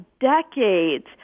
decades